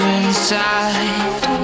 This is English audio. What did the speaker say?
inside